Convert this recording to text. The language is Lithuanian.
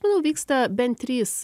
manau vyksta bent trys